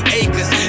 acres